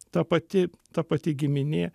ta pati ta pati giminė